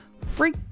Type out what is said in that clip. freak